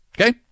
Okay